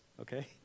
okay